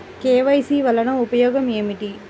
KYC వలన ఉపయోగం ఏమిటీ?